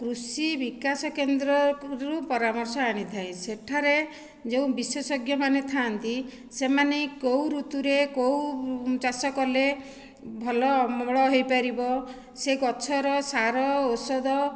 କୃଷି ବିକାଶ କେନ୍ଦ୍ରରୁ ପରାମର୍ଶ ଆଣିଥାଏ ସେଠାରେ ଯେଉଁ ବିଶେଷଜ୍ଞମାନେ ଥାଆନ୍ତି ସେମାନେ କେଉଁ ଋତୁରେ କେଉଁ ଚାଷ କଲେ ଭଲ ଅମଳ ହୋଇପାରିବ ସେ ଗଛର ସାର ଔଷଧ